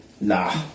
nah